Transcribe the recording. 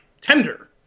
tender